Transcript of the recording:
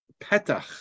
petach